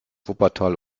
wuppertal